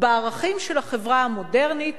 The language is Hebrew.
בערכים של החברה המודרנית.